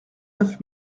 neuf